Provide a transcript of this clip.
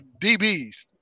DBs